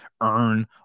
earn